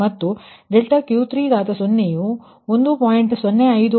102 ಮತ್ತು ∆Q30 ವು 1